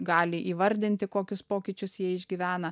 gali įvardinti kokius pokyčius jie išgyvena